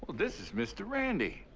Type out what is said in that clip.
this is mr. randy.